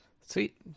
Sweet